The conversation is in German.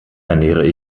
ernähre